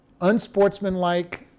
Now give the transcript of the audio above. unsportsmanlike